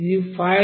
ఇది 5